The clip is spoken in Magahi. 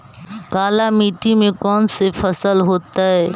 काला मिट्टी में कौन से फसल होतै?